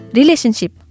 relationship